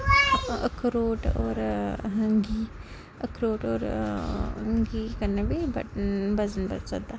अखरोट होर घी अखरोट होर मखीर कन्नै बी बजन बधी सकदा